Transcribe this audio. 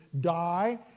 die